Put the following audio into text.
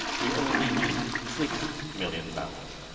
we only used six million barrels.